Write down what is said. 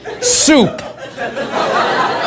soup